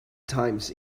times